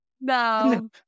No